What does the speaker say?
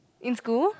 in school